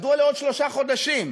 מדוע עוד בשלושה חודשים?